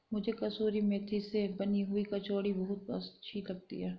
मुझे कसूरी मेथी से बनी हुई कचौड़ी बहुत अच्छी लगती है